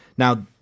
Now